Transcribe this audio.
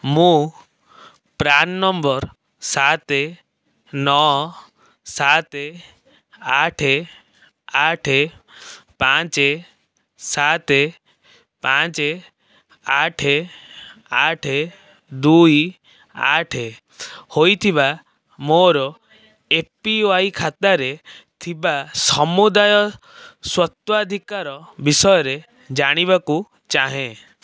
ମୁଁ PRAN number ସାତ ନଅ ସାତ ଆଠ ଆଠ ପାଞ୍ଚ ସାତ ପାଞ୍ଚ ଆଠ ଆଠ ଦୁଇ ଆଠ ହୋଇଥିବା ମୋର ଏ ପି ୱାଇ ଖାତାରେ ଥିବା ସମୁଦାୟ ସ୍ୱତ୍ୱାଧିକାର ବିଷୟରେ ଜାଣିବାକୁ ଚାହେଁ